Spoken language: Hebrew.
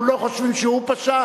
אנחנו לא חושבים שהוא פשע,